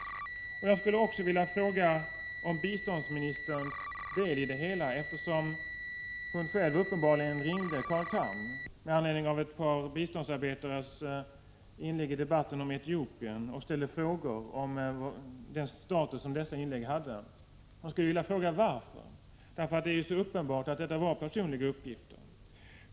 Slutligen skulle jag vilja fråga om biståndsministerns del i det hela, eftersom hon själv uppenbarligen ringde Carl Tham med anledning av ett par biståndsarbetares inlägg i debatten om Etiopien och ställde frågor om den status dessa inlägg hade. Varför gjorde hon det? Det är ju så uppenbart att detta var personliga åsikter.